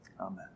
Amen